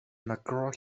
mcgraw